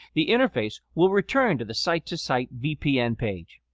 the interface will return to the site-to-site vpn page.